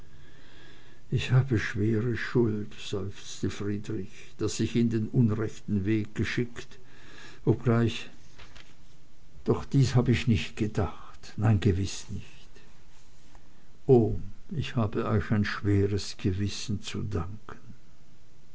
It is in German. ich habe schwere schuld seufzte friedrich daß ich ihn den unrechten weg geschickt obgleich doch dies hab ich nicht gedacht nein gewiß nicht ohm ich habe euch ein schweres gewissen zu danken